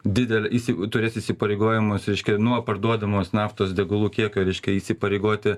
didelę iseigu turės įsipareigojimus reiškia nuo parduodamos naftos degalų kiekio reiškia įsipareigoti